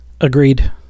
Agreed